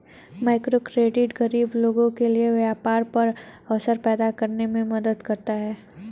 microcredit गरीब लोगों के लिए व्यापार के अवसर पैदा करने में मदद करता है